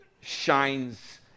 shines